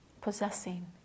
possessing